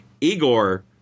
Igor